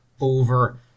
over